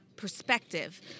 perspective